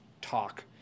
talk